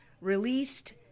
released